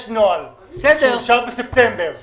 יש נוהל שאושר בספטמבר האחרון,